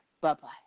Bye-bye